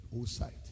outside